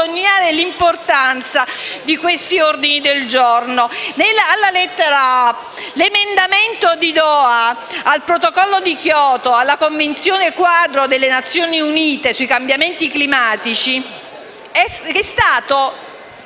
l'importanza di questi ordini del giorno. L'emendamento di Doha al Protocollo di Kyoto alla Convenzione quadro delle Nazioni Unite sui cambiamenti climatici, di